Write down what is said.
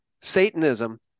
Satanism